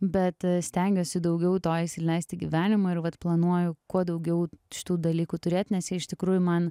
bet stengiuosi daugiau to įsileisti į gyvenimą ir vat planuoju kuo daugiau šitų dalykų turėt nes jie iš tikrųjų man